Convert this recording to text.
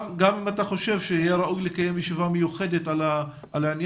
גם אם אתה חושב שיהיה ראוי לקיים ישיבה מיוחדת על העניין,